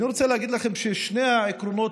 אני רוצה להגיד לכם ששני העקרונות